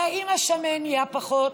הרי אם השמן נהיה פחות,